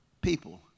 people